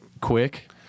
quick